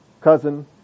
cousin